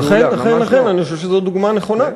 אכן, אני חושב שזו דוגמה נכונה.